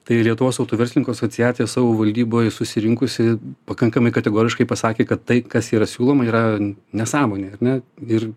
tai lietuvos autoverslininkų asociacija savo valdyboj susirinkusi pakankamai kategoriškai pasakė kad tai kas yra siūloma yra nesąmonė ar ne ir